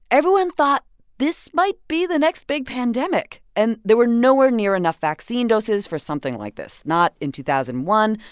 everyone thought this might be the next big pandemic. and there were nowhere near enough vaccine doses for something like this not in two thousand and one,